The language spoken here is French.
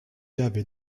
avait